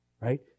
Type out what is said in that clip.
right